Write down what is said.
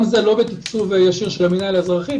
גם זה לא בתקצוב ישיר של המנהל האזרחי,